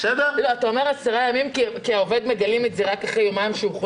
אתה מדבר על 10 ימים כי מגלים שהוא חלה רק אחרי יומיים-שלושה?